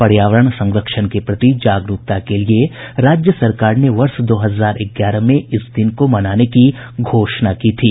पर्यावरण संरक्षण के प्रति जागरूकता के लिए राज्य सरकार ने वर्ष दो हजार ग्यारह से इस दिन को मनाने की घोषणा की थी